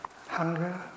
hunger